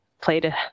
played